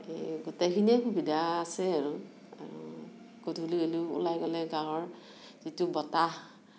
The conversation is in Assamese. এই গোটেইখিনিয়ে সুবিধা আছে আৰু গধূলি হ'লেও ওলাই গ'লে গাঁৱৰ যিটো বতাহ